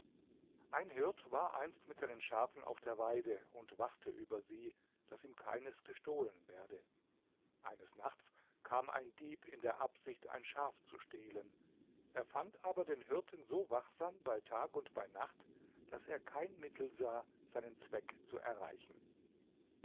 ein hirt war einst mit seinen schafen auf der weide und wachte über sie daß ihm keines gestohlen werde eines nachts kam ein dieb in der absicht ein schaf zu stehlen er fand aber den hirten so wachsam bei tag und bei nacht daß er kein mittel sah seinen zweck zu erreichen